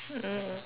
mm